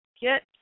get